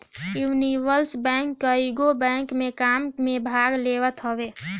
universal bank कईगो bank के काम में भाग लेत हवे